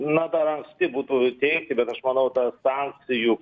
na dar anksti būtų teigti bet aš manau ta sankcijų